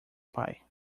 pai